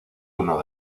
uno